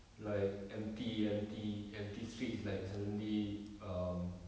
like empty empty empty streets like suddenly um